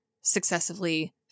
successively